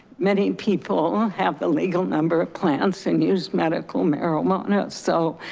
many people have the legal number of plants and use medical marijuana. so